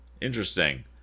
Interesting